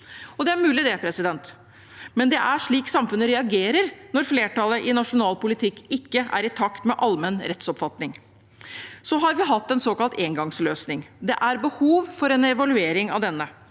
Det er mulig, men det er slik samfunnet reagerer når flertallet i nasjonal politikk ikke er i takt med allmenn rettsoppfatning., Vi har hatt en såkalt engangsløsning. Det er behov for en evaluering av denne.